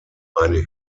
eine